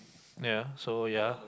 yea so yea